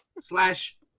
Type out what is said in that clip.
Slash